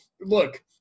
look